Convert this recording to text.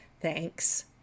Thanks